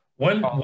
One